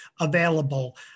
available